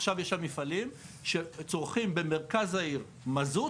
עכשיו יש שם מפעלים שצורכים במרכז העיר מזות